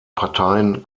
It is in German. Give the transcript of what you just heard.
parteien